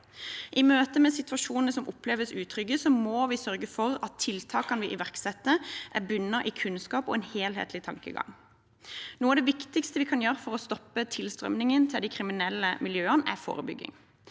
I møte med situasjoner som oppleves utrygge, må vi sørge for at tiltakene vi iverksetter, er bunnet i kunnskap og en helhetlig tankegang. Noe av det viktigste vi kan gjøre for å stoppe tilstrømningen til de kriminelle miljøene, er forebygging.